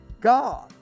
God